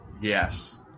Yes